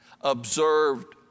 observed